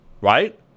right